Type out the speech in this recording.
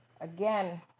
Again